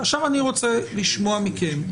אני רוצה לשמוע מכם,